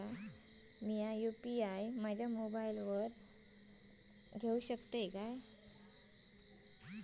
मी UPI माझ्या मोबाईलावर घेवक शकतय काय?